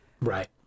Right